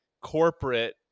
corporate